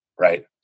right